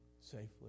safely